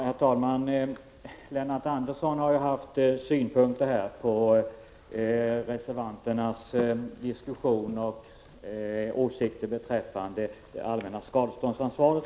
Herr talman! Lennart Andersson har framfört synpunkter på reservanternas diskussion och åsikter om det allmänna skadeståndsansvaret.